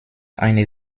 eine